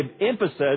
emphasis